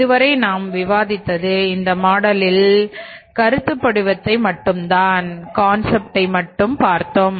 இதுவரை நாம் விவாதித்தது இந்த மாடலில்ன் மட்டும் பார்த்தோம்